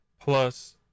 plus